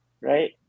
right